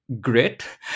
grit